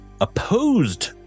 opposed